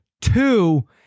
Two